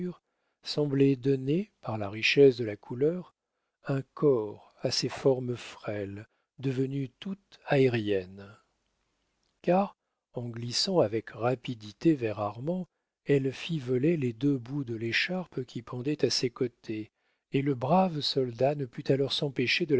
semblait donner par la richesse de la couleur un corps à ses formes frêles devenues tout aériennes car en glissant avec rapidité vers armand elle fit voler les deux bouts de l'écharpe qui pendait à ses côtés et le brave soldat ne put alors s'empêcher de